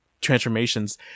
transformations